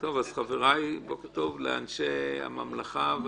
בוקר טוב לאנשי הממלכה.